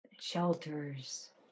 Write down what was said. shelters